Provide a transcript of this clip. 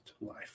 life